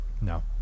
No